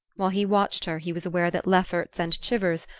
while he watched her he was aware that lefferts and chivers,